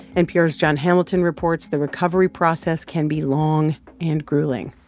npr's jon hamilton reports the recovery process can be long and grueling